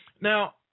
Now